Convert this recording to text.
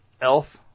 Elf